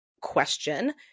question